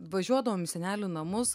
važiuodavom į senelių namus